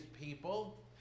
people